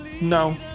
No